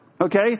Okay